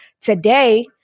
today